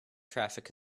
traffic